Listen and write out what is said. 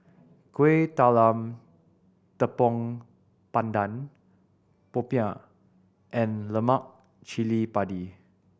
Kueh Talam Tepong Pandan popiah and lemak cili padi